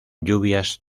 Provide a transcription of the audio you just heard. lluvias